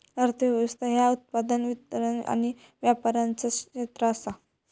अर्थ व्यवस्था ह्या उत्पादन, वितरण आणि व्यापाराचा क्षेत्र आसा